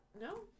no